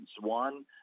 One